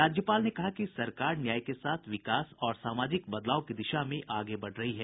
राज्यपाल ने कहा कि सरकार न्याय के साथ विकास और सामाजिक बदलाव की दिशा में आगे बढ़ रही है